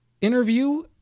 interview